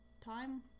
time